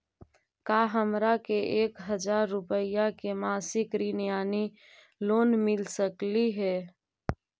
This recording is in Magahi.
का हमरा के एक हजार रुपया के मासिक ऋण यानी लोन मिल सकली हे?